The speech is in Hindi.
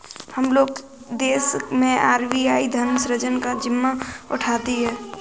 हम लोग के देश मैं आर.बी.आई धन सृजन का जिम्मा उठाती है